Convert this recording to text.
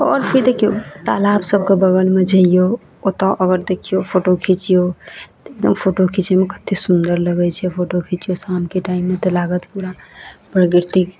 आओर छै देखियौ तालाब सब कऽ बगल मे जइयौ ओतऽ अगर देखियौ फोटो खिचियौ ओ फोटो खिचियौ कतेक सुन्दर लगै छै फोटो खिचियौ शामके तऽ लागत पूरा प्रकृतिक